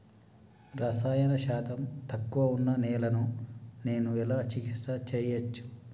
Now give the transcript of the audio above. రసాయన శాతం తక్కువ ఉన్న నేలను నేను ఎలా చికిత్స చేయచ్చు?